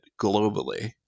globally